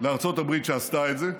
לארצות הברית שעשתה את זה,